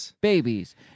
babies